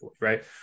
right